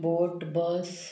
boat bus